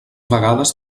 vegades